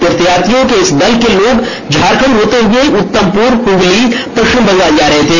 तीर्थयात्रियों के इस दल के लोग झारखंड होते हुए उत्तमपुर हुगली पश्चिम बंगाल जा रहे थे